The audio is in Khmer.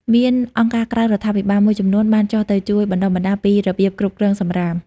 មានអង្គការក្រៅរដ្ឋាភិបាលមួយចំនួនបានចុះទៅជួយបណ្តុះបណ្តាលពីរបៀបគ្រប់គ្រងសំរាម។